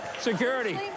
security